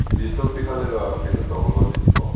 ꯂꯤꯁꯇꯨ ꯄꯤꯈꯛꯂꯒ ꯀꯩꯅꯣ ꯇꯧꯔꯣ ꯑꯗꯨꯗꯤꯀꯣ